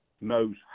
knows